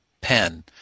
pen